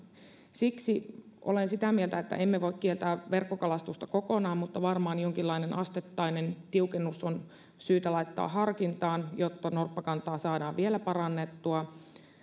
siksi olen sitä mieltä että emme voi kieltää verkkokalastusta kokonaan mutta varmaan jonkinlainen asteittainen tiukennus on syytä laittaa harkintaan jotta norppakantaa saadaan vielä parannettua